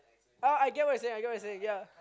ah I get what you're saying I get what you're saying ya